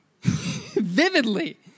Vividly